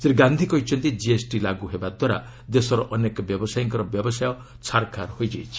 ଶ୍ରୀ ଗାନ୍ଧି କହିଛନ୍ତି ଜିଏସ୍ଟି ଲାଗ୍ର ହେବା ଦ୍ୱାରା ଦେଶର ଅନେକ ବ୍ୟବସାୟୀଙ୍କର ବ୍ୟବସାୟ ଛାରଖାର ହୋଇଯାଇଛି